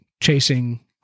chasing